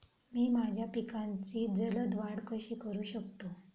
मी माझ्या पिकांची जलद वाढ कशी करू शकतो?